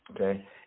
okay